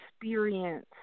experience